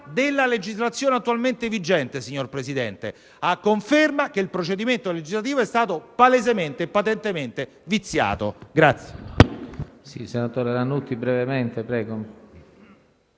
della legislazione attualmente vigente, a conferma che il procedimento legislativo è stato palesemente e patentemente viziato.